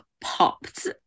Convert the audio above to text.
popped